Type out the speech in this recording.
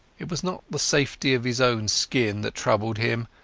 it was not the safety of his own skin that troubled him,